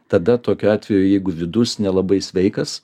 tada tokiu atveju jeigu vidus nelabai sveikas